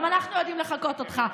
גם אנחנו יודעים לחקות אותך,